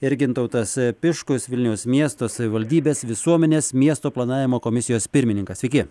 ir gintautas tiškus vilniaus miesto savivaldybės visuomenės miesto planavimo komisijos pirmininkas sveiki